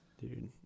Dude